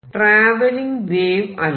travelling wave അല്ല